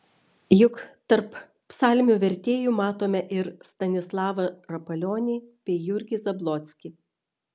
juk tarp psalmių vertėjų matome ir stanislavą rapalionį bei jurgį zablockį